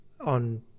on